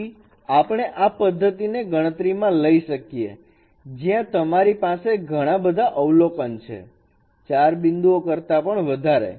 તેથી આપણે આ પદ્ધતિને ગણતરીમાં લઇએ જ્યાં તમારી પાસે ઘણા બધા અવલોકનો છે ચાર બિંદુઓ કરતાં પણ વધારે